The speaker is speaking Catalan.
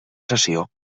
sessió